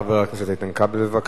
חבר הכנסת כבל, בבקשה.